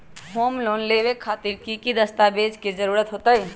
Home loan लेबे खातिर की की दस्तावेज के जरूरत होतई?